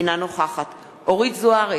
אינה נוכחת אורית זוארץ,